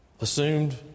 Assumed